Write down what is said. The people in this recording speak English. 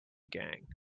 gang